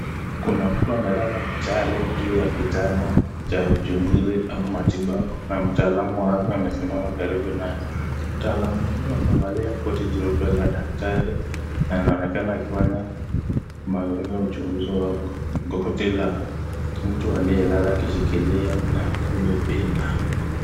Kuna mtu amelala chali juu ya kitanda cha uchunguzi ama matibabu, na mtaalamu wa afya amesimama karibu naye. Mtaalamu huyo amevalia koti jeupe la daktari, na anaonekana akifanya mazoezi wa goti la mtu aliyelala akishikila na kulipinda.